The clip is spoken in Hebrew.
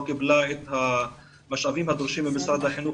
קיבלה את המשאבים הדרושים ממשרד החינוך,